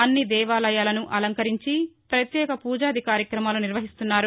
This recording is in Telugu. అన్ని దేవాలయాలను అలంకరించి ప్రత్యేక పూజాది కార్యక్రమాలు నిర్వహిస్తున్నారు